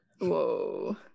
whoa